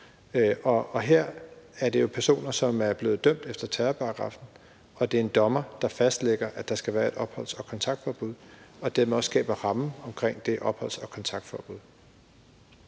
Her er det jo personer, som er blevet dømt efter terrorparagraffen, og det er en dommer, der fastlægger, at der skal være et opholdsforbud og et kontaktforbud, og dermed også skaber rammen om de opholdsforbud og kontaktforbud.